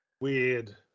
Weird